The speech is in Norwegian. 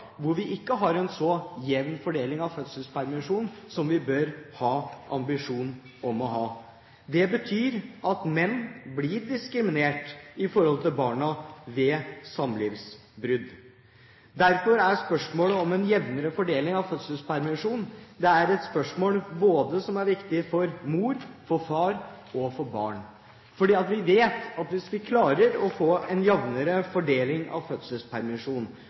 hvor vi ikke har en så jevn fordeling av fødselspermisjonen som vi bør ha ambisjon om å ha. Det betyr at menn blir diskriminert i forhold til barna ved samlivsbrudd. Derfor er spørsmålet om en jevnere fordeling av fødselspermisjonen et spørsmål som er viktig både for mor, for far og for barna. For vi vet at hvis vi klarer å få en jevnere fordeling av